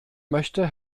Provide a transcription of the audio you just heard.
möchte